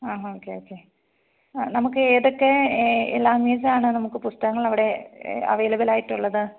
ആ okay okay ആ നമുക്ക് ഏതൊക്കെ ലാങ്ഗ്വേജാണ് നമുക്ക് പുസ്തകങ്ങൾ അവിടെ അവൈലബ്ലായിട്ടുള്ളത്